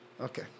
okay